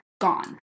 gone